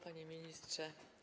Panie Ministrze!